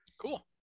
Cool